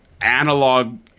analog